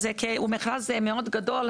כי הוא מכרז מאוד גדול.